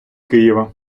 києва